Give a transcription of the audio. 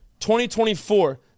2024